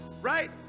right